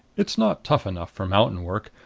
it's not tough enough for mountain work.